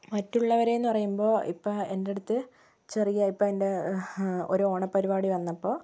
മറ്റുള്ളവരെന്നു പറയുമ്പോൾ ഇപ്പോൾ എൻ്റടുത്ത് ചെറിയ ഇപ്പോൾ എൻ്റെ ഒരോണപ്പരിപാടി വന്നപ്പോൾ